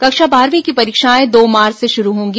कक्षा बारहवीं की परीक्षाएं दो मार्च से शुरू होंगी